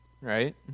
right